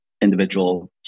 individual